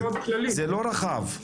זה לא רחב.